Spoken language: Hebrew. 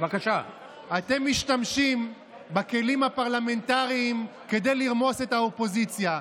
אתם משתמשים בכלים הפרלמנטריים כדי לרמוס את האופוזיציה.